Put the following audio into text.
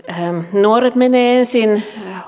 nuoret menevät ensin